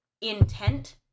intent